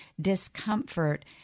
discomfort